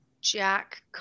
Jack